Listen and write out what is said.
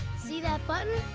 see that button?